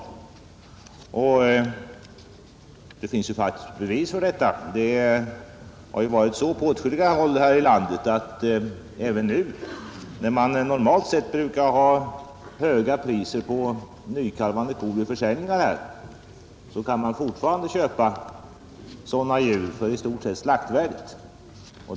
Normalt sett brukar det vid försäljning vara höga priser på nykalvande kor, men på åtskilliga håll i landet kan man fortfarande köpa sådana djur för i stort sett slaktvärdet.